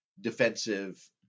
defensive